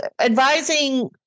advising